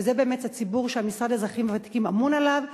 וזה באמת הציבור שהמשרד לאזרחים ותיקים אמון עליו,